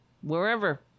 wherever